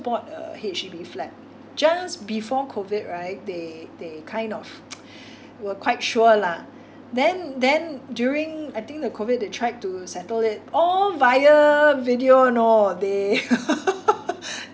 bought a H_D_B flat just before COVID right they they kind of were quite sure lah then then during I think the COVID they tried to settle it all via video you know they